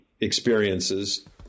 experiences